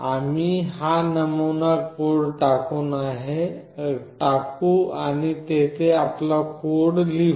आम्ही हा नमुना कोड काढून टाकू आणि येथे आपला कोड लिहू